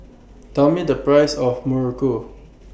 Tell Me The Price of Muruku